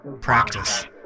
practice